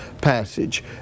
passage